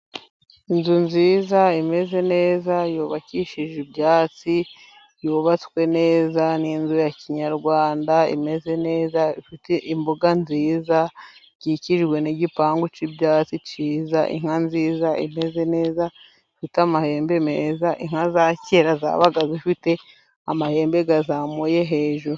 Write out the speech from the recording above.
Inzu nziza imeze neza, yubakishije ibyatsi yubatswe neza, n'inzu ya Kinyarwanda imeze neza, ifite imbuga nziza ikikijwe n'igipangu cy'ibyatsi cyiza. Inka nziza imeze neza, ifite amahembe meza, inka za kera zabaga zifite amahembe azamuye hejuru.